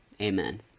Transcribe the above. Amen